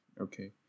Okay